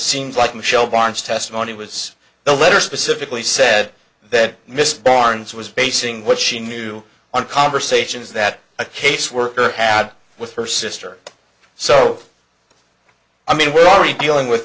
seems like michelle wants testimony was the letter specifically said that miss barnes was basing what she knew on conversations that a caseworker had with her sister so i mean we're already dealing with